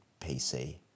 PC